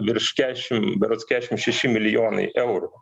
virš kešim berods kešim šeši milijonai eurų